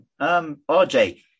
RJ